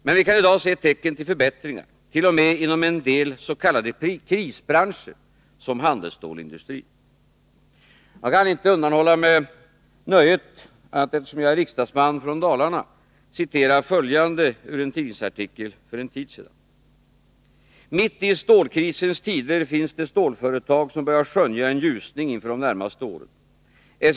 Men vi kan i dag se tecken på förbättringar t.o.m. inom en del s.k. krisbranscher, såsom handelsstålsindustrin. Jag kan inte undanhålla mig nöjet att — eftersom jag är vald som riksdagsman från Dalarna — citera följande ur en tidningsartikel för en tid sedan: ”Mitt i stålkrisens tider finns det stålföretag som börjar skönja en ljusning inför de närmaste åren.